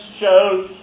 shows